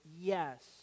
Yes